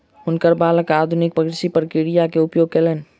हुनकर बालक आधुनिक कृषि प्रक्रिया के उपयोग कयलैन